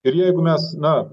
ir jeigu mes na